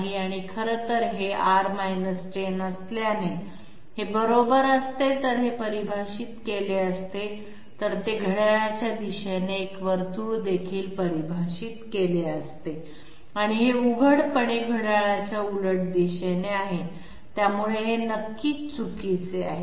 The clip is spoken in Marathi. आणि खरं तर हे r 10 असल्याने हे बरोबर असते तर हे परिभाषित केले असते तर ते घड्याळाच्या दिशेने एक वर्तुळ देखील परिभाषित केले असते आणि हे उघडपणे घड्याळाच्या उलट दिशेने आहे त्यामुळे हे नक्कीच चुकीचे आहे